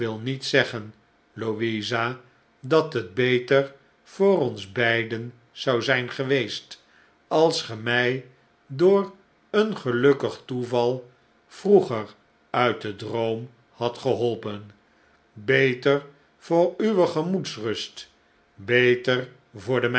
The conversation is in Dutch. niet zeggen louisa dat het beter voor ons beiden zou zijn geweest als ge mij door een gelukkig toeval vroeger uit den droom hadt geholpen beter voor uwe gemoedsrust beter voor de